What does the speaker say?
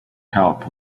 help